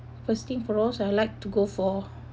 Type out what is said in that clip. first things for all I like to go for